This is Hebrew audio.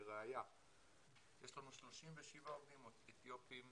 לראיה יש לנו 37 עובדים אתיופים,